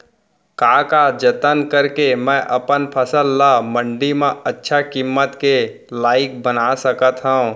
का का जतन करके मैं अपन फसल ला मण्डी मा अच्छा किम्मत के लाइक बना सकत हव?